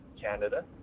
Canada